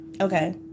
Okay